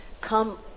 come